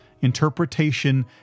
interpretation